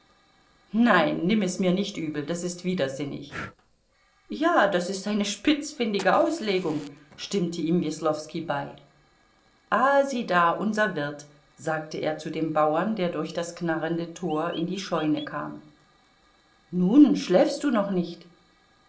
nein nimm es mir nicht übel das ist widersinnig ja das ist eine spitzfindige auslegung stimmte ihm weslowski bei ah sieh da unser wirt sagte er zu dem bauern der durch das knarrende tor in die scheune kam nun schläfst du noch nicht